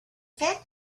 fact